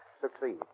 succeed